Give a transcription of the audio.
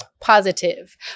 Positive